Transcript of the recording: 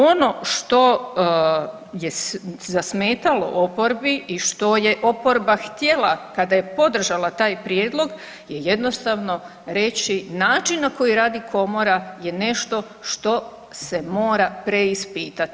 Ono što je zasmetalo oporbi i što je oporba htjela kada je podržala taj prijedlog je jednostavno reći način na koji radi Komora je nešto što se mora preispitati.